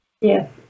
Yes